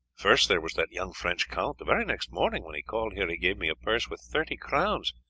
first there was that young french count, the very next morning when he called here he gave me a purse with thirty crowns,